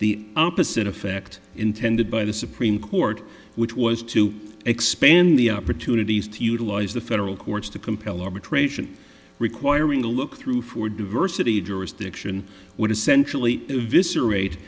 the opposite effect intended by the supreme court which was to expand the opportunities to utilize the federal courts to compel arbitration requiring a look through for diversity jurisdiction would essentially vis